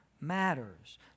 matters